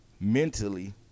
mentally